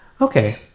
Okay